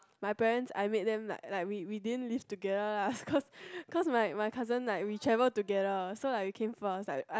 my parents I met them like like we didn't live together lah cause cause my my cousin like we travel together so like we came first I